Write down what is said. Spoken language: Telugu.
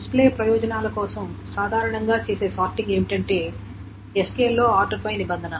డిస్ప్లే ప్రయోజనాల కోసం సాధారణంగా చేసే సార్టింగ్ ఏమిటంటే SQL లో ORDER BY నిబంధన